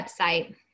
website